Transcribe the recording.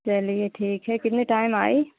चलिए ठीक़ है किस टाइम आएँ